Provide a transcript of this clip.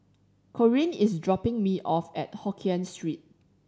Corene is dropping me off at Hokien Street